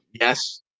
Yes